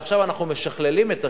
ועכשיו אנחנו משכללים את השיטה,